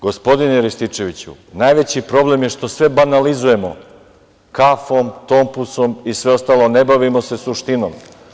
Gospodine Rističeviću, najveći problem je što sve banalizujemo, kafom, tompusom i sve ostalo, ne bavimo se suštinom.